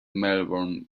melbourne